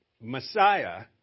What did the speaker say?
Messiah